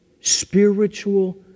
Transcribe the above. spiritual